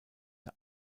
der